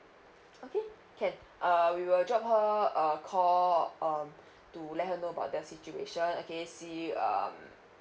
okay can uh we will drop her a call um to let her know about the situation okay see um